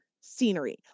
scenery